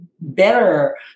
better